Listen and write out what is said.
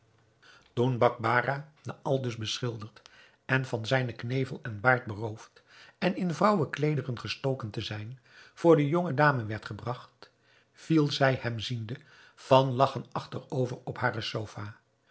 toen bakbarah na aldus beschilderd van zijn knevel en baard beroofd en in vrouwen kleederen gestoken te zijn voor de jonge dame werd gebragt viel zij hem ziende van lagchen achterover op hare sofa